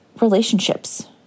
relationships